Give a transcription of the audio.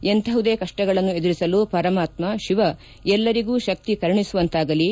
ಎಂತಹುದೇ ಕಪ್ಪಗಳನ್ನು ಎದುರಿಸಲು ಪರಮಾತ್ಮ ಶಿವ ಎಲ್ಲರಿಗೂ ಶಕ್ತಿ ಕರುಣಿಸುವಂತಾಗಲಿ